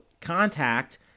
contact